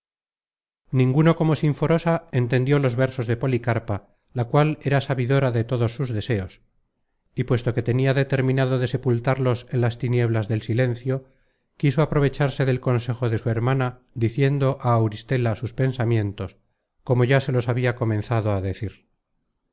ninguno como sinforosa entendió los versos de policarpa la cual era sabidora de todos sus deseos y puesto que tenia determinado de sepultarlos en las tinieblas del silencio quiso aprovecharse del consejo de su hermana diciendo á auristela sus pensamientos como ya se los habia comenzado á decir